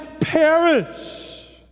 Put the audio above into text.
perish